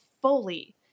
fully